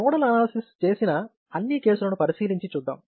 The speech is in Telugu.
నోడల్ అనాలసిస్ చేసిన అన్ని కేసులను పరిశీలించి చూద్దాం